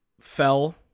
fell